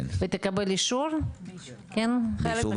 לקבל אישור?